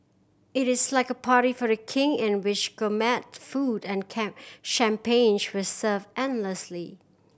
it is like a party for a King in which gourmet food and champagne were served endlessly